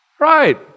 Right